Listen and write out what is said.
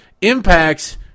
impacts